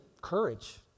courage